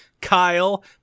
Kyle